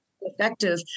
effective